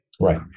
Right